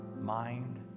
mind